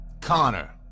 Connor